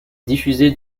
diffusée